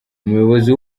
umuyobozi